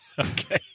Okay